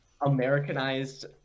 Americanized